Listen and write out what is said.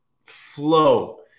flow